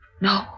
No